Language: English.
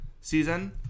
season